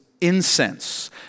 incense